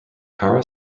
kara